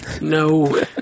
No